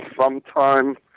sometime